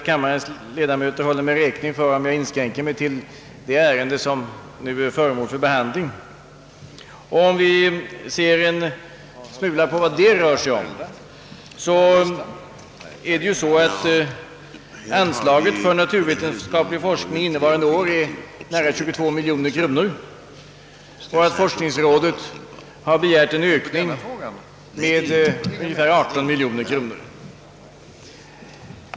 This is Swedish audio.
Kammarens ledamöter håller mig säkert räkning för om jag inskränker mig till det ärende som nu behandlas. ning är för innevarande år nära 22 miljoner kronor, och forskningsråden har begärt en ökning med ungefär 18 miljoner.